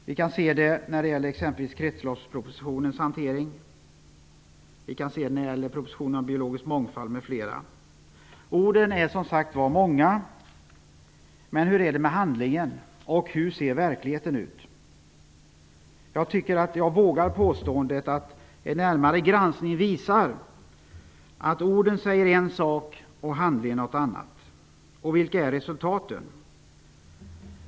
Vi kan se det när det t.ex. gäller kretsloppspropositionens hantering. Vi kan se det när det gäller propositionen om biologisk mångfald och i flera andra propositioner. Orden är som sagt många. Men hur är det med handlingen, och hur ser verkligheten ut? Jag vågar påstå att en närmare granskning visar att orden säger en sak och handlingen något annat. Vilka är resultaten?